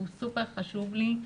הוא סופר חשוב לי,